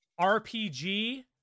RPG